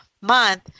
month